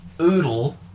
oodle